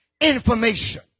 information